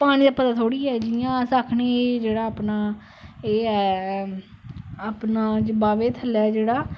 पानी दा पता थोह्ड़ा ही जियां अस आखने एह् जेहड़ा अपना एह् है अपना बाह्बे थल्लै जेहड़ा